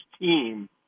team